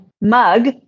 mug